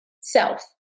self